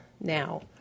now